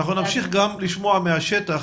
נמשיך לשמוע מהשטח.